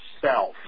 self